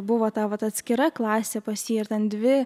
buvo ta vat atskira klasė pas jį ar ten dvi